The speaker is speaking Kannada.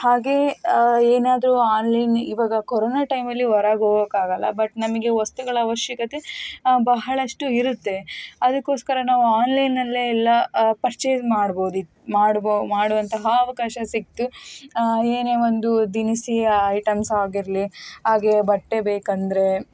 ಹಾಗೆಯೇ ಏನಾದರೂ ಆನ್ಲೈನ್ ಈವಾಗ ಕೊರೋನ ಟೈಮಲ್ಲಿ ಹೊರಗೆ ಹೋಗೋಕ್ಕೆ ಆಗಲ್ಲ ಬಟ್ ನಮಗೆ ವಸ್ತುಗಳ ಅವಶ್ಯಕತೆ ಬಹಳಷ್ಟು ಇರುತ್ತೆ ಅದಕ್ಕೋಸ್ಕರ ನಾವು ಆನ್ಲೈನಲ್ಲೇ ಎಲ್ಲ ಪರ್ಚೆಸ್ ಮಾಡ್ಬೊದಿ ಮಾಡುವಂತಹ ಅವಕಾಶ ಸಿಕ್ಕಿತು ಏನೇ ಒಂದು ದಿನಸಿ ಐಟಮ್ಸ್ ಆಗಿರಲಿ ಹಾಗೆಯೇ ಬಟ್ಟೆ ಬೇಕೆಂದರೆ